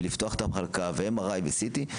ולפתוח את המחלקה ו-MRI ו-CT,